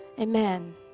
Amen